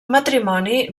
matrimoni